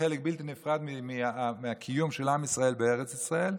חלק בלתי נפרד מהקיום של עם ישראל בארץ ישראל,